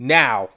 now